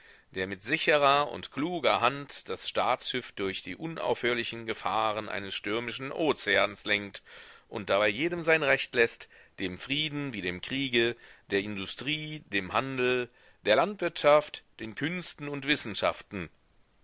der mit sicherer und kluger hand das staatsschiff durch die unaufhörlichen gefahren eines stürmischen ozeans lenkt und dabei jedem sein recht läßt dem frieden wie dem kriege der industrie dem handel der landwirtschaft den künsten und wissenschaften